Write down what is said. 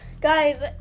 Guys